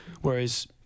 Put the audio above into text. whereas